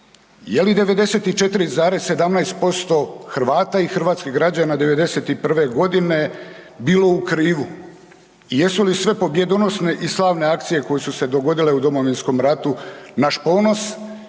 je li 94,17% Hrvata i hrvatskih građana '91. godine bilo u krivu? Jesu li sve pobjedonosne i slavne akcije koje su se dogodile u Domovinskom ratu naš ponos